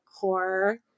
core